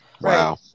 Wow